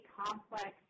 complex